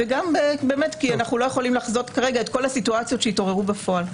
וגם כי אנחנו לא יכולים לחזות כרגע את כל הסיטואציות שיתעוררו בפועל.